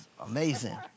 Amazing